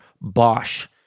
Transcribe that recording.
Bosch